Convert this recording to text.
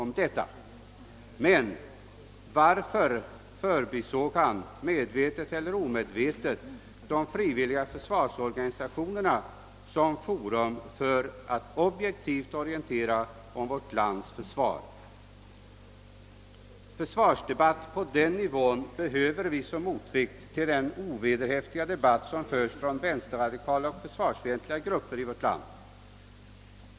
Men varför förbisåg försvarsministern — medvetet eller omedvetet — de frivilliga försvarsorganisationerna som forum för objektiv orientering om vårt lands försvar? Försvarsdebatt på den nivån behöver vi som motvikt till den ovederhäftiga debatt som förs från vänsterradikala och försvarsfientliga grupper i vårt land.